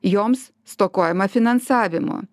joms stokojama finansavimo